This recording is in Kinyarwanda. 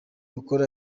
gukora